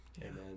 Amen